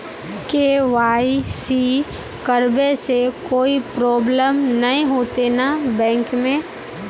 KYC करबे से कोई प्रॉब्लम नय होते न बैंक में?